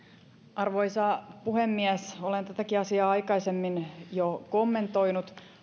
arvoisa puhemies olen tätäkin asiaa aikaisemmin jo kommentoinut